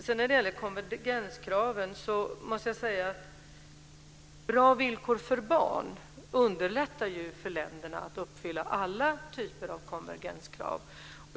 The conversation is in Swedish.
Bra villkor för barn underlättar för länderna när det gäller att uppfylla alla typer av konvergenskrav.